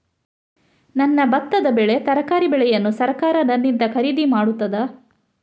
ನನ್ನ ಭತ್ತದ ಬೆಳೆ, ತರಕಾರಿ ಬೆಳೆಯನ್ನು ಸರಕಾರ ನನ್ನಿಂದ ಖರೀದಿ ಮಾಡುತ್ತದಾ?